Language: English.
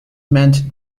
meant